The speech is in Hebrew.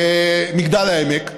במגדל העמק,